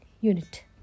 unit